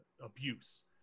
abuse